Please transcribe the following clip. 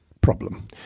problem